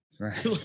Right